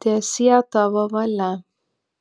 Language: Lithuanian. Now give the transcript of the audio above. teesie tavo valia